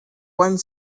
one